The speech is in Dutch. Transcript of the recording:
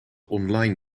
online